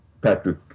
Patrick